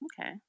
okay